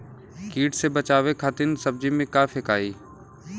कीट से बचावे खातिन सब्जी में का फेकाई?